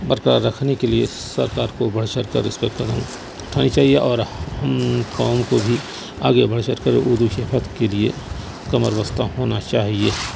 برقرار رکھنے کے لیے سرکار کو بڑھ چڑھ کر اس پہ قدم اٹھانے چاہیے اور ہم قوم کو بھی آگے بڑھ چڑھ کر اردو کے لیے کمر بستہ ہونا چاہیے